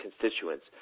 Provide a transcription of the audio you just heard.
constituents